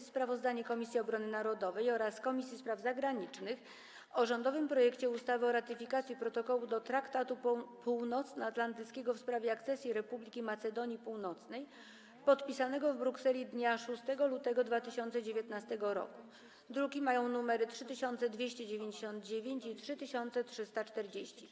Sprawozdanie Komisji Obrony Narodowej oraz Komisji Spraw Zagranicznych o rządowym projekcie ustawy o ratyfikacji Protokołu do Traktatu Północnoatlantyckiego w sprawie akcesji Republiki Macedonii Północnej, podpisanego w Brukseli dnia 6 lutego 2019 r. (druki nr 3299 i 3340)